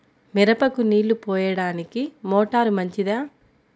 మిరపకు నీళ్ళు పోయడానికి మోటారు మంచిదా?